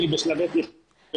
אם היא בשלבי תכנון ופיתוח.